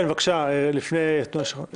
כן, בבקשה, לפני התנועה לאיכות השלטון.